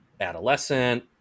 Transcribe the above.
adolescent